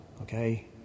Okay